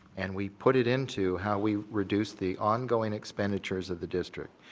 and we put it into how we reduce the ongoing expenditures of the district.